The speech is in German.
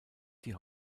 die